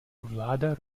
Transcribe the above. vláda